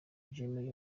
jammeh